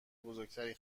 بزرگتری